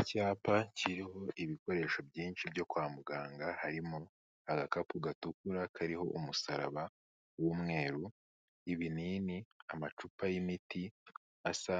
Icyapa kiriho ibikoresho byinshi byo kwa muganga harimo agakapu gatukura kariho umusaraba w'umweru, ibinini, amacupa y'imiti asa